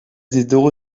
ditugu